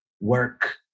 work